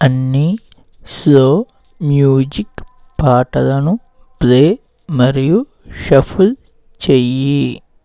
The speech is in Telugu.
అన్ని స్లో మ్యూజిక్ పాటలను ప్లే మరియు షఫుల్ చెయ్యి